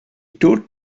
tow